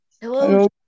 Hello